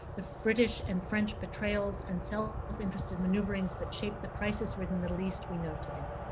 the british and french betrayals and so self-interested maneuverings that shaped the crisis-ridden middle east we know today.